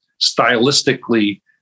stylistically